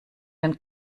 den